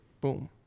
boom